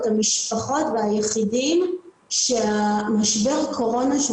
את המשפחות והיחידים שמשבר הקורונה שהוא